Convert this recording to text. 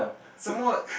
some more